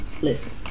Listen